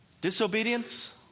Disobedience